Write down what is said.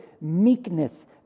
meekness